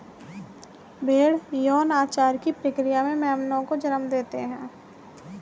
भ़ेड़ यौनाचार की प्रक्रिया से मेमनों को जन्म देते हैं